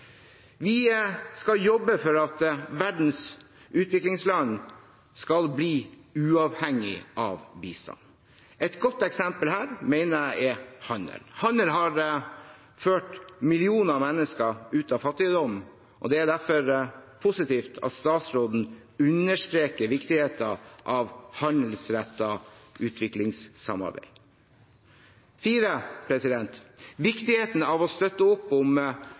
Vi skal jobbe for at verdens utviklingsland skal bli uavhengige av bistand. Et godt eksempel her mener jeg er handel. Handel har ført millioner av mennesker ut av fattigdom. Det er derfor positivt at statsråden understreker viktigheten av handelsrettet utviklingssamarbeid. Viktigheten av å støtte opp om